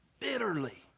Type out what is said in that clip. bitterly